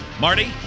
Marty